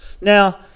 Now